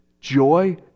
joy